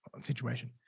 situation